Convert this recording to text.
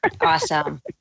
Awesome